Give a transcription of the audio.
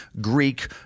Greek